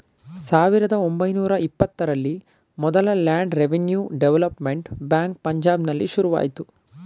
ಸಾವಿರದ ಒಂಬೈನೂರ ಇಪ್ಪತ್ತರಲ್ಲಿ ಮೊದಲ ಲ್ಯಾಂಡ್ ರೆವಿನ್ಯೂ ಡೆವಲಪ್ಮೆಂಟ್ ಬ್ಯಾಂಕ್ ಪಂಜಾಬ್ನಲ್ಲಿ ಶುರುವಾಯ್ತು